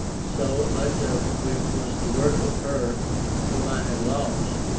so much of which was the work of her whom i had lost,